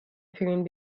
پرینت